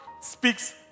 speaks